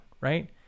right